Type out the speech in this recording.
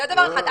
זה דבר אחד.